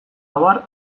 abar